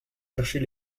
chercher